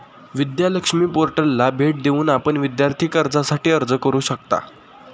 विद्या लक्ष्मी पोर्टलला भेट देऊन आपण विद्यार्थी कर्जासाठी अर्ज करू शकता